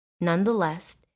Nonetheless